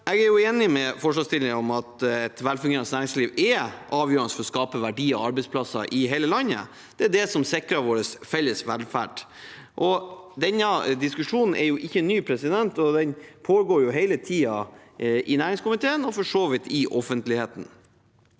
Jeg er enig med forslagsstillerne i at et velfungerende næringsliv er avgjørende for å skape verdier og arbeidsplasser i hele landet. Det er det som sikrer vår felles velferd. Denne diskusjonen er jo ikke ny, og den pågår hele tiden i næringskomiteen og for så vidt i offentligheten.